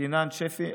קינן שפי,